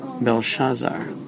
Belshazzar